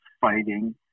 fighting